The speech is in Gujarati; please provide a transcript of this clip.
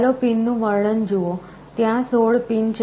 ચાલો પિન નું વર્ણન જુઓ ત્યાં 16 પિન છે